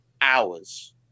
hours